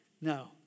No